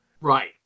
Right